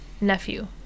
nephew